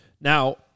Now